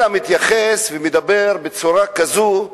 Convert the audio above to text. אלא מתייחס ומדבר בצורה כזו,